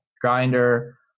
grinder